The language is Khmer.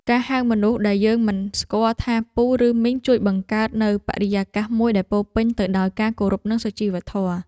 ការហៅមនុស្សដែលយើងមិនស្គាល់ថាពូឬមីង ជួយបង្កើតនូវបរិយាកាសមួយដែលពោរពេញទៅដោយការគោរពនិងសុជីវធម៌។